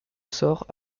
sort